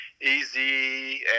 easy